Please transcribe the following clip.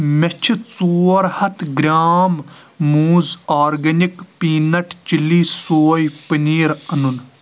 مےٚ چھِ ژور ہَتھ گرٛام موٗز آرگینِک پیٖنٹ چِلی سوے پٔنیٖر اَنُن